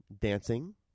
dancing